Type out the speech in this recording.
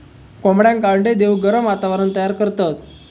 कोंबड्यांका अंडे देऊक गरम वातावरण तयार करतत